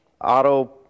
auto